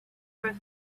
her